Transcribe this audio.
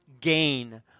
gain